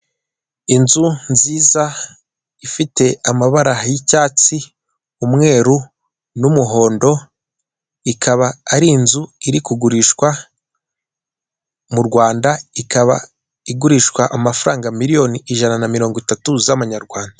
Inzu nziza ifite amabara y'icyatsi, umweru n'umuhondo ikaba ari inzu iri kugurishwa m’u Rwanda ikaba igurishwa amafaranga miliyoni ijana na mirongo itatu (130,000,000FRW) z'amanyarwanda.